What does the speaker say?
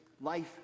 life